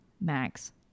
Max